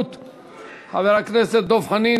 התשע"ד 2013,